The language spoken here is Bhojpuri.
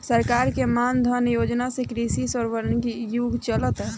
सरकार के मान धन योजना से कृषि के स्वर्णिम युग चलता